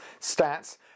stats